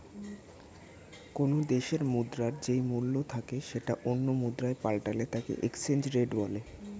কোনো দেশের মুদ্রার যেই মূল্য থাকে সেটা অন্য মুদ্রায় পাল্টালে তাকে এক্সচেঞ্জ রেট বলে